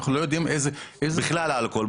אנחנו לא יודעים --- בכלל אלכוהול.